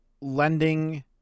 lending